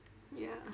ya